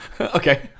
Okay